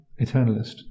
eternalist